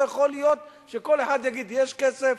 לא יכול להיות שכל אחד יגיד "יש כסף",